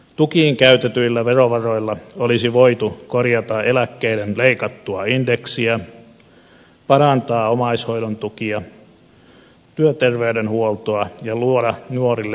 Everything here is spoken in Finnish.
tukiin käytetyillä verovaroilla olisi voitu korjata eläkkeiden leikattua indeksiä parantaa omaishoidon tukia työterveydenhuoltoa ja luoda nuorille töitä